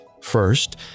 First